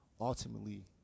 ultimately